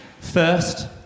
first